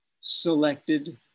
selected